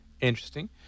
Interesting